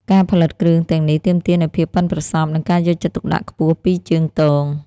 ការផលិតគ្រឿងទាំងនេះទាមទារនូវភាពប៉ិនប្រសប់ និងការយកចិត្តទុកដាក់ខ្ពស់ពីជាងទង។